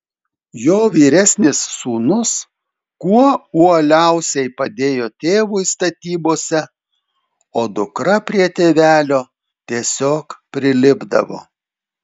jo vyresnis sūnus kuo uoliausiai padėjo tėvui statybose o dukra prie tėvelio tiesiog prilipdavo